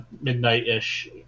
midnight-ish